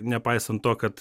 nepaisant to kad